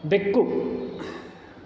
ಬೆಕ್ಕು